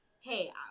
hey